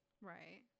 Right